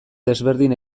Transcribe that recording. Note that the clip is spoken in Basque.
desberdin